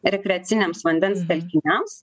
rekreaciniams vandens telkiniams